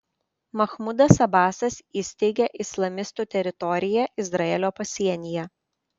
mahmudas abasas įsteigė islamistų teritoriją izraelio pasienyje